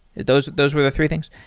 those those were the three things.